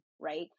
right